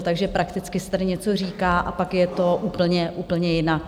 Takže prakticky se tady něco říká, a pak je to úplně, úplně jinak.